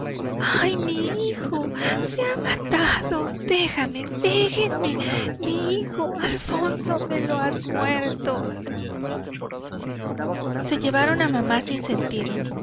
ay mi hijo se ha matado déjame déjenme mi hijo alfonso me lo has muerto se llevaron a mamá sin sentido